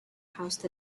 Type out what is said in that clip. housed